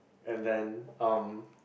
and then um